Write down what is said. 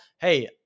hey